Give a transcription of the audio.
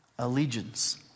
Allegiance